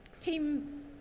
Team